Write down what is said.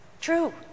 True